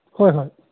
ꯍꯣꯏ ꯍꯣꯏ